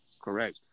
Correct